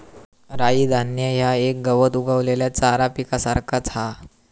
राई धान्य ह्या एक गवत उगवलेल्या चारा पिकासारख्याच हा